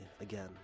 again